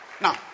Now